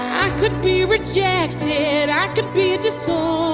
i could be rejected i could be disowned